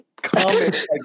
Comment